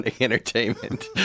entertainment